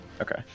Okay